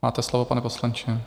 Máte slovo, pane poslanče.